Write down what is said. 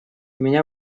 меня